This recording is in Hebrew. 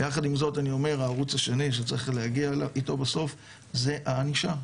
יחד עם זאת אני אומר שהערוץ השני שצריך להגיע איתו בסוף זה הענישה,